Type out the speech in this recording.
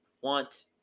want